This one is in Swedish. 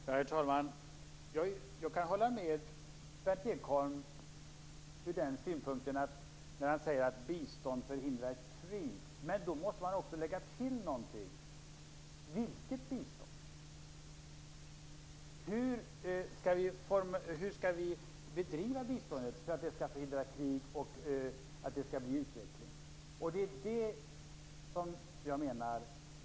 Herr talman! Jag kan hålla med Berndt Ekholm om att bistånd förhindrar krig. Men då måste man också lägga till någonting. Vilket bistånd? Hur skall biståndet bedrivas för att det skall förhindra krig och bidra till utveckling?